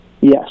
Yes